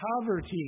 poverty